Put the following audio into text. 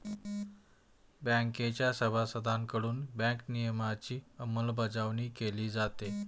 बँकेच्या सभासदांकडून बँक नियमनाची अंमलबजावणी केली जाते